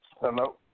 Hello